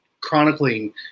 chronicling